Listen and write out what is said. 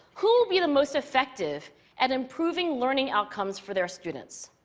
who will be the most effective at improving learning outcomes for their students?